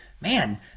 man